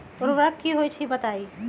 उर्वरक की होई छई बताई?